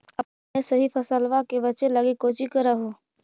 अपने सभी फसलबा के बच्बे लगी कौची कर हो?